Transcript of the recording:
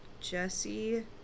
Jesse